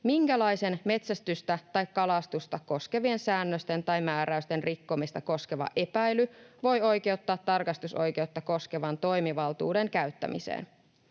minkälaisten metsästystä tai kalastusta koskevien säännösten tai määräysten rikkomista koskeva epäily voi oikeuttaa tarkastusoikeutta koskevan toimivaltuuden käyttämiseen.